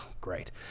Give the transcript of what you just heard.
great